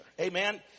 Amen